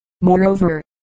Moreover